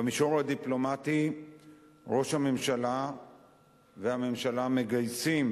במישור הדיפלומטי ראש הממשלה והממשלה מגייסים